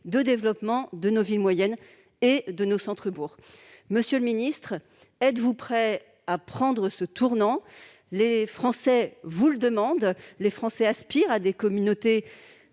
de développement de nos villes moyennes et de nos centres-bourgs. Monsieur le secrétaire d'État, êtes-vous prêt à prendre ce tournant ? Les Français vous le demandent, ils aspirent à des communautés